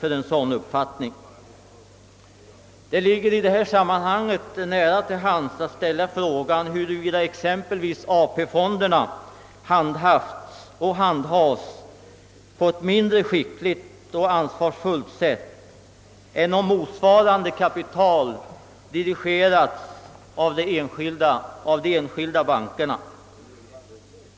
Det ligger nära till hands att i det sammanhanget ställa frågan, huruvida exempelvis AP-fonderna <handhafts och handhaves på ett mindre skickligt och ansvarsfullt sätt än om motsvarande kapital hade dirigerats av de enskilda bankerna.